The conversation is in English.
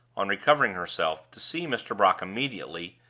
on recovering herself, to see mr. brock immediately,